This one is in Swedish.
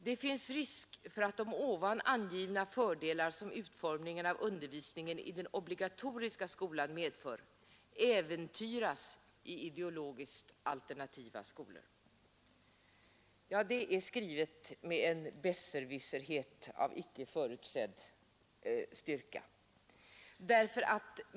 Det finns risk för att de ovan angivna fördelar som utformningen av undervisningen i den obligatoriska skolan medför äventyras i ideologiskt alternativa skolor.” Det är skrivet med en besserwisserhet av icke förut sedd styrka.